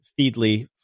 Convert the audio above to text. Feedly